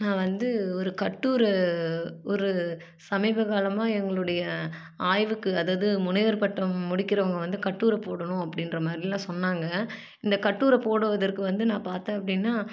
நான் வந்து ஒரு கட்டுரை ஒரு சமீபகாலமாக எங்களுடைய ஆய்வுக்கு அதாவது முனைவர் பட்டம் முடிக்கிறவங்க வந்து கட்டுரை போடணும் அப்படின்ற மாதிரிலாம் சொன்னாங்க இந்த கட்டுரை போடுவதற்கு வந்து நான் பார்த்தேன் அப்படின்னா